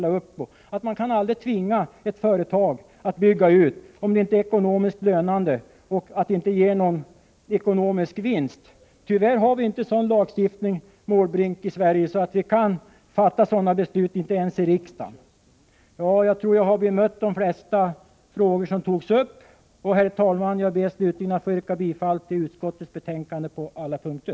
Det gäller t.ex. förslaget att man aldrig kan tvinga ett företag att bygga ut om det inte är ekonomiskt lönande och ger någon ekonomisk vinst, men tyvärr har vi i Sverige inte sådan lagstiftning, herr Måbrink, att vi kan fatta sådana beslut ens i riksdagen. Jag tror att jag bemött de flesta frågor som togs upp. Herr talman! Jag ber slutligen att få yrka bifall till utskottets hemställan på alla punkter.